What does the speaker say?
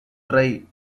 try